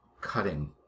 cutting